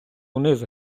униз